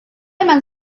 eman